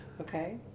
Okay